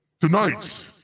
Tonight